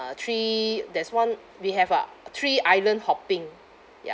uh three there's one we have uh three island hopping ya~